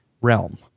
realm